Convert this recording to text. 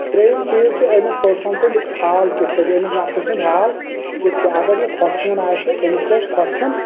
ترٛیٚیم چیٖز چھُ أمِس پٔرسن سٕنٛدۍ حال کتھ کٔنۍ چھ أمِس نفرٕ سٕنٛدۍ حال کِتھ چھِ اگر یہِ خۄشوُن آسہِ أمِس وۄتھِ خۄشوُن